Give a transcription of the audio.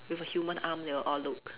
with a human arm they will all look